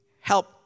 help